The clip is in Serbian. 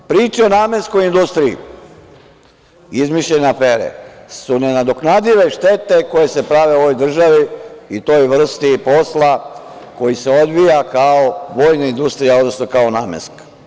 Priče o namenskoj industriji, izmišljene afere, su nenadoknadive štete koje se prave u ovoj državi i toj vrsti posla koji se odvija kao vojna industrija, odnosno kao namenska.